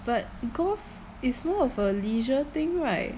but golf is more of a leisure thing right